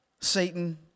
Satan